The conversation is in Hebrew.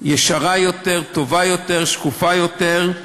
ישרה יותר, טובה יותר, שקופה יותר,